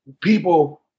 people